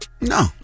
no